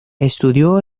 estudió